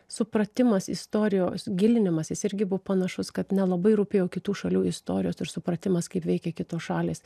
supratimas istorijos gilinimasis irgi buvo panašus kad nelabai rūpėjo kitų šalių istorijos ir supratimas kaip veikia kitos šalys